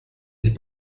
sich